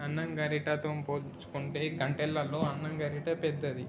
అన్నం గరిటెతో పోల్చుకుంటే గంటెలల్లో అన్నం గరిటె పెద్దది